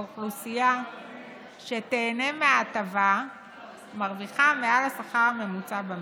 האוכלוסייה שתיהנה מההטבה מרוויחה מעל השכר הממוצע במשק.